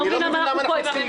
אנחנו לא מבינים למה אנחנו פה.